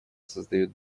создает